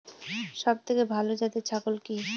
সবথেকে ভালো জাতের ছাগল কি?